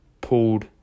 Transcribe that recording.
pulled